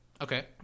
Okay